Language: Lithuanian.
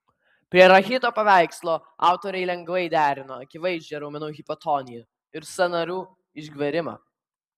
prie rachito paveikslo autoriai lengvai derino akivaizdžią raumenų hipotoniją ir sąnarių išgverimą